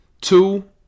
Two